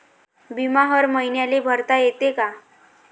बिमा हर मईन्याले भरता येते का?